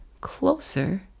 closer